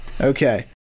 Okay